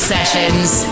Sessions